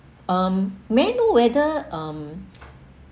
um may I know whether um